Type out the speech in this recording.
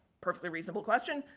perfectly reasonable question.